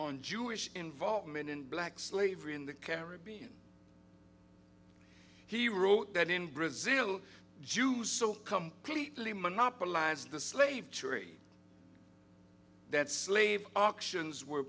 on jewish involvement in black slavery in the caribbean he wrote that in brazil jews so completely monopolized the slave tree that slave auctions were